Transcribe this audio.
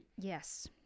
yes